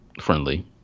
friendly